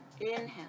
Inhale